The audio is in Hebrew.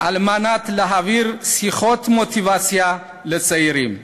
על מנת להעביר שיחות מוטיבציה לצעירים.